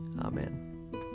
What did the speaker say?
amen